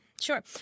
Sure